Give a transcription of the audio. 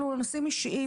על נושאים אישיים,